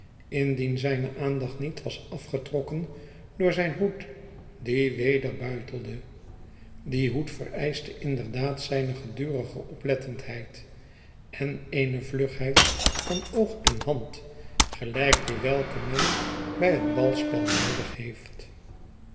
indien zijne aandacht niet was afgetrokken door zijn hoed die weder buitelde die hoed vereischte inderdaad zijne gedurige oplettendheid en eene vlugheid van oog en hand gelijk die welke men bij het balspel noodig heeft